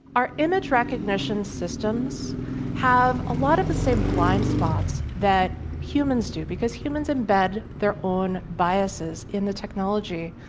our image recognition systems have a lot of the same blind spots that humans do because humans embed their own biases in the technology,